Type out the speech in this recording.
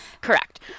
correct